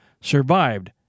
survived